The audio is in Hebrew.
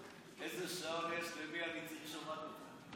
איזה שעון יש למי, אני צריך לשאול רק אותך.